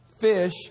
Fish